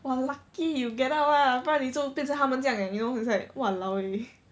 !wah! lucky you get out lah 不然你就变成他们这样 leh you know it's like !walao! eh